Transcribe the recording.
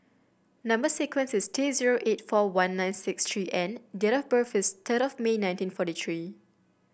number sequence is T zero eight four one nine six three N and date of birth is third of May nineteen forty three